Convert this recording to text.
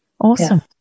Awesome